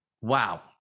Wow